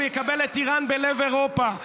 הוא יקבל את איראן בלב אירופה.